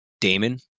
Damon